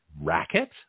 racket